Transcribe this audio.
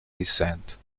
descent